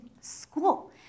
school